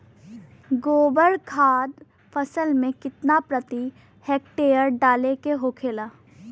गोबर खाद फसल में कितना प्रति हेक्टेयर डाले के होखेला?